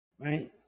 Right